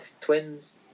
twins